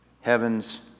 Heavens